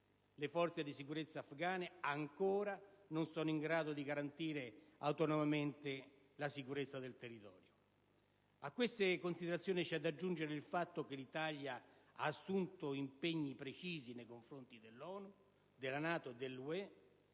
Le forze di sicurezza afgane ancora non sono in grado di garantire autonomamente la sicurezza del territorio. A queste considerazioni c'è da aggiungere il fatto che l'Italia ha assunto impegni precisi nei confronti dell'ONU, della NATO e dell'UE